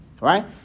right